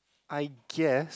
I guess